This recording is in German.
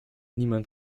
niemand